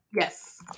Yes